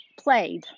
played